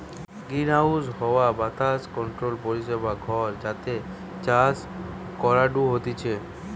greenhouse হাওয়া বাতাস controlled পরিবেশ ঘর যাতে চাষ করাঢু হতিছে